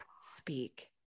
speak